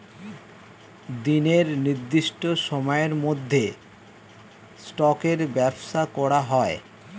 দিনের নির্দিষ্ট সময়ের মধ্যে স্টকের ব্যবসা করা হয়